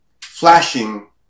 flashing